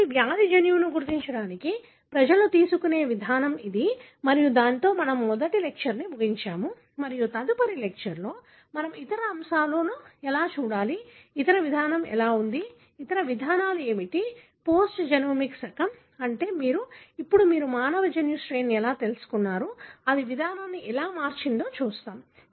కాబట్టి వ్యాధి జన్యువును గుర్తించడానికి ప్రజలు తీసుకునే విధానం ఇది మరియు దానితో మనము మొదటి లెక్చర్న్ని ముగించాము మరియు తదుపరి లెక్చర్ లలో మనం ఇతర అంశాలను ఎలా చూడాలి ఇతర విధానం ఎలా ఉంది ఇతర విధానాలు ఏమిటి పోస్ట్ జెనోమిక్ శకం అంటే మీరు ఇప్పుడు మీరు మానవ జన్యు శ్రేణిని తెలుసుకున్నారు అది విధానాన్ని ఎలా మార్చిందో చూస్తాము